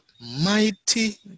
Mighty